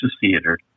theater